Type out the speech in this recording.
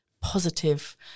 positive